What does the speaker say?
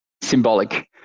symbolic